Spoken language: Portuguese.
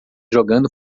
jogando